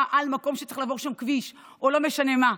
על מקום שצריך לעבור שם כביש או לא משנה מה,